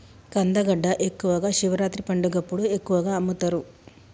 కందగడ్డ ఎక్కువగా శివరాత్రి పండగప్పుడు ఎక్కువగా అమ్ముతరు